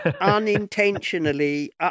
Unintentionally